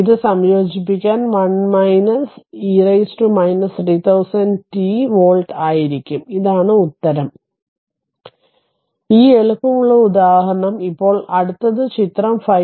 ഇത് സംയോജിപ്പിക്കാൻ 1 e 3000 t volt ആയിരിക്കും ഇതാണ് ഉത്തരം ഈ എളുപ്പമുള്ള ഉദാഹരണം ഇപ്പോൾ അടുത്തത് ചിത്രം 5